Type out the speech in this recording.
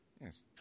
Yes